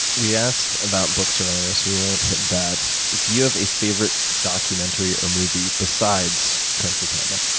we asked about books earlier, so we won't hit that. do you have a favorite documentary or movie besides kung fu panda,